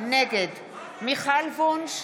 נגד מיכל וונש,